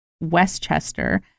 westchester